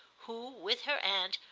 who, with her aunt,